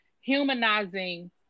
humanizing